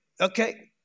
okay